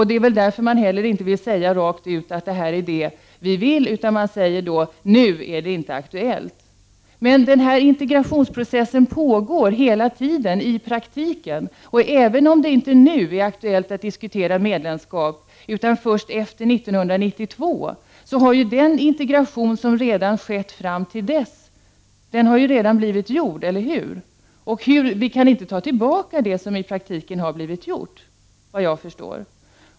Det är väl därför man inte vill säga rakt ut vad man vill. Man säger i stället att det inte är aktuellt nu. Integrationsprocessen pågår emellertid hela tiden i praktiken. Även om det inte är aktuellt att nu diskutera medlemskap, utan först efter 1992, kommer det således att ske en viss integration fram till dess. Såvitt jag förstår kan vi inte ta tillbaka det som i praktiken redan har gjorts.